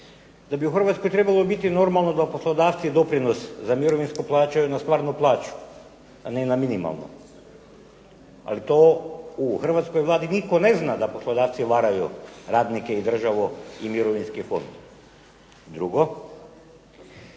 da bi u Hrvatskoj trebalo biti normalno da poslodavci doprinos za mirovinsko plaćaju na stvarnu plaću a ne na minimalnu. Ali tko u hrvatskoj Vladi nitko ne zna da poslodavci varaju radnike i državu i Mirovinski fond. Drugo,